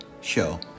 show